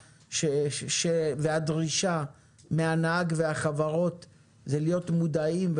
והדרישה מהנהג והחברות היא להיות מודעים,